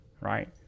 right